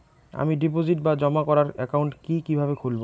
আমি ডিপোজিট বা জমা করার একাউন্ট কি কিভাবে খুলবো?